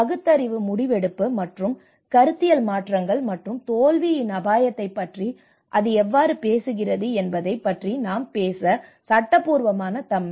பகுத்தறிவு முடிவெடுப்பு மற்றும் கருத்தியல் மாற்றங்கள் மற்றும் தோல்வியின் அபாயத்தைப் பற்றி அது எவ்வாறு பேசுகிறது என்பதைப் பற்றி நாம் பேசும் சட்டபூர்வமான தன்மை